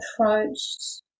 approached